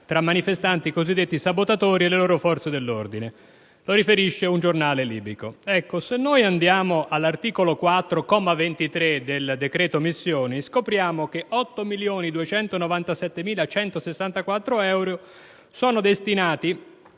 tra manifestanti cosiddetti sabotatori e forze dell'ordine. Lo riferisce un giornale libico. Se andiamo all'articolo 4, comma 23, del decreto missioni scopriamo che 8.297.164 euro sono destinati